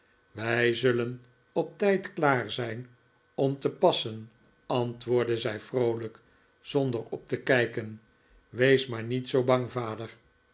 wij zullen op tijd klaar zijn om te passen antwoordde zij vroolijk zonder op te kijken wees maar niet bang vader